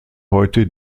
heute